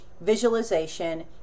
visualization